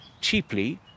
cheaply